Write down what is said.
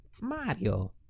Mario